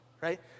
right